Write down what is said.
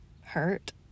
hurt